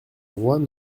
droits